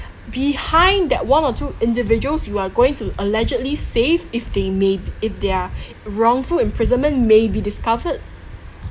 behind that one or two individuals you are going to allegedly save if they may b~ if their wrongful imprisonment may be discovered